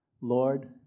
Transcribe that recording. Lord